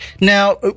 Now